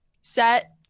set